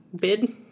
bid